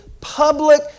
public